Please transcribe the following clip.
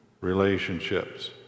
relationships